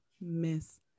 miss